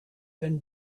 been